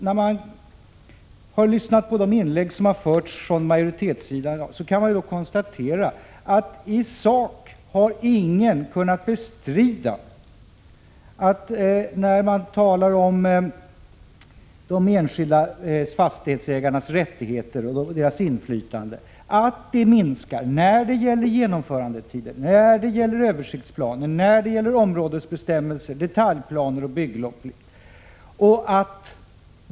När man lyssnat på inläggen från majoritetssidan kan man konstatera att ingen i sak har kunnat bestrida att de enskilda fastighetsägarnas rättigheter och inflytande minskar när det gäller genomförandetider, översiktsplaner, områdesbestämmelser och detaljplaner.